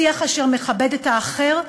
שיח אשר מכבד את האחר,